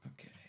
Okay